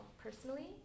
personally